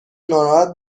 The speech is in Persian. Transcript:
ناراحت